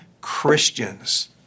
Christians